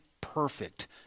perfect